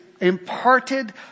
imparted